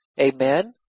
Amen